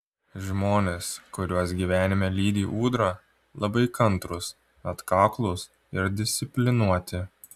žmonės kuriuos gyvenime lydi ūdra labai kantrūs atkaklūs ir disciplinuoti